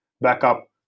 backup